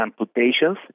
amputations